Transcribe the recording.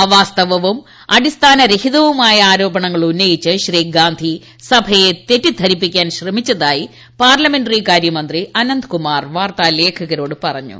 അവാസ്തവവും അടിസ്ഥാന രഹിതവുമായ ആരോപണങ്ങൾ ഉന്നയിച്ച് ശ്രീ ഗാന്ധി സഭയെ തെറ്റിദ്ധരിപ്പിക്കാൻ ശ്രമിച്ചതായി പാർലമെന്ററികാര്യ മന്ത്രി അനന്ത്കുമാർ വാർത്താലേഖകരോട് പറഞ്ഞു